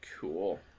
Cool